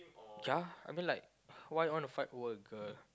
ya I mean like why want fight over a girl